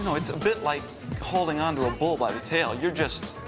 you know it's a bit like holding on to a bull by the tail. you're just